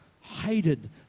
hated